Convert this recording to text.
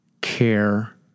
care